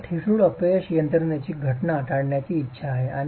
आपल्याला ठिसूळ अपयश यंत्रणेची घटना टाळण्याची इच्छा आहे